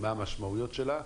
ומה המשמעויות שלה.